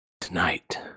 Tonight